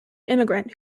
immigrant